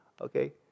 Okay